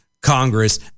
Congress